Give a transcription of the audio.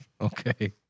Okay